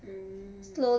mm